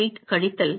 08 கழித்தல் 5